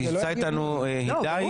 כי נמצא איתנו הידי נגב.